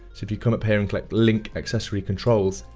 so if you come up here and click link accessory controls,